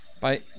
Bye